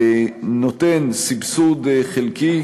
נותן סבסוד חלקי